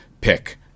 Pick